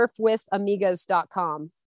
surfwithamigas.com